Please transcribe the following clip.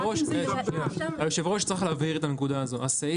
את הנקודה הזו צריך להבהיר.